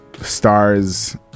stars